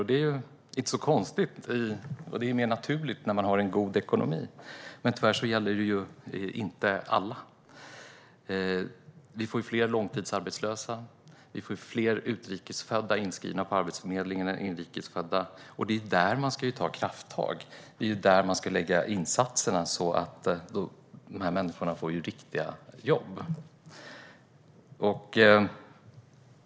Det är inte så konstigt; det är naturligt när man har god ekonomi. Men tyvärr gäller det inte alla. Vi får fler långtidsarbetslösa. Vi får fler utrikes födda inskrivna på Arbetsförmedlingen än inrikes födda. Det är där man ska ta krafttag. Det är där man ska lägga insatserna så att de här människorna får riktiga jobb.